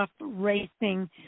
racing